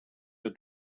der